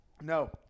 No